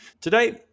Today